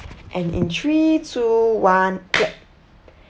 and in three two one